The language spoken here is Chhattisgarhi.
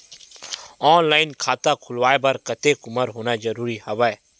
ऑनलाइन खाता खुलवाय बर कतेक उमर होना जरूरी हवय?